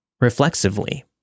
Reflexively